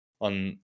on